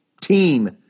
team